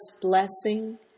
blessing